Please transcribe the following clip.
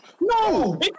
No